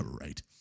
right